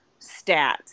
stats